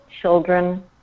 children